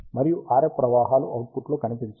మరియు RF ప్రవాహాలు అవుట్పుట్లో కనిపించవు